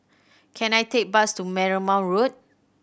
can I take bus to Marymount Road